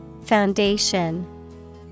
Foundation